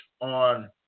on